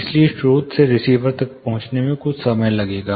इसलिए स्रोत से रिसीवर तक पहुंचने में कुछ समय लगेगा